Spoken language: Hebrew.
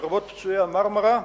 לרבות פצועי ה"מרמרה",